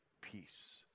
peace